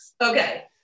Okay